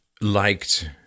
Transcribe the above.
liked